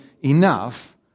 enough